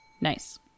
nice